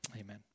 Amen